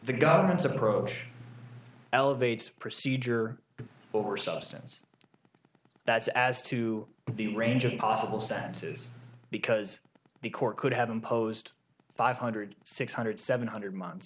the government's approach elevates procedure over substance that's as to the range of possible sentences because the court could have imposed five hundred six hundred seven hundred month